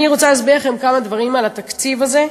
אני רוצה להסביר לכם כמה דברים על התקציב הזה,